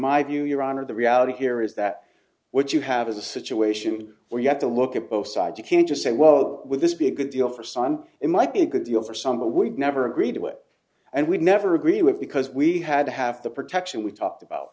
my view your honor the reality here is that what you have is a situation where you have to look at both sides you can't just say well with this be a good deal for some it might be a good deal for some but would never agree to it and would never agree with because we had to have the protection we talked about